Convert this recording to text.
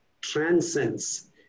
transcends